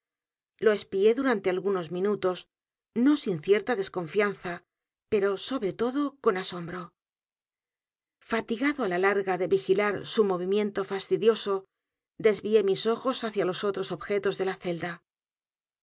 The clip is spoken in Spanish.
lo espié durante algunos minutos no sin cierta desconfianza pero sobre todo con asombro fatigado á la larga de vigilar su movimiento fastidioso desvié mis ojos hacia los otros objetos de